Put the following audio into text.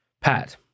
Pat